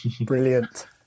brilliant